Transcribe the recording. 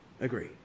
agree